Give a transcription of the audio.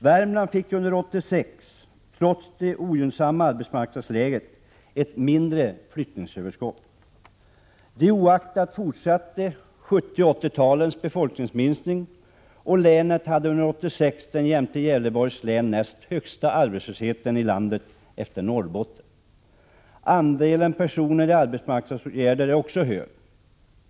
Värmland fick under år 1986, trots det ogynnsamma arbetsmarknadsläget, ett mindre flyttningsöverskott. Det oaktat fortsatte 1970 och 1980-talens befolkningsminskning. Länet hade under 1986 den jämte Gävleborgs län näst högsta arbetslösheten i landet efter Norrbotten. Andelen personer i arbetsmarknadsåtgärder är också hög.